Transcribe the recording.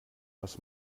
was